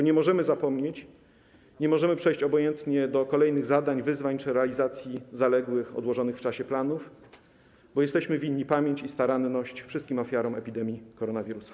Nie możemy zapomnieć, nie możemy przejść obojętnie do kolejnych zadań, wyzwań czy realizacji zaległych, odłożonych w czasie planów, bo jesteśmy winni pamięć i staranność wszystkim ofiarom epidemii koronawirusa.